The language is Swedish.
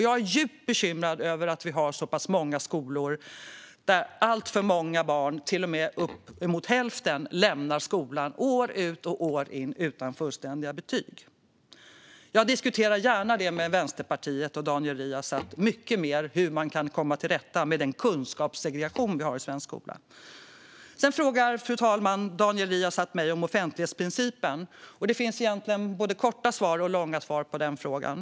Jag är djupt bekymrad över att vi har så pass många skolor där alltför många barn, till och med uppemot hälften, år ut och år in lämnar skolan utan fullständiga betyg. Jag diskuterar gärna mycket mer med Vänsterpartiet och Daniel Riazat hur man kan komma till rätta med den kunskapssegregation som vi har i svensk skola. Fru talman! Daniel Riazat frågar mig om offentlighetsprincipen. Det finns egentligen både korta svar och långa svar på den frågan.